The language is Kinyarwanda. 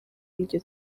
iryo